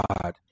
God